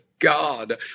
God